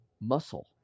muscle